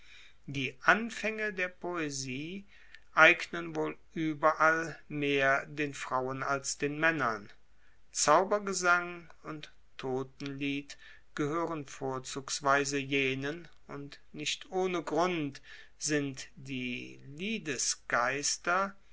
die anfaenge der poesie eignen wohl ueberall mehr den frauen als den maennern zaubergesang und totenlied gehoeren vorzugsweise jenen und nicht ohne grund sind die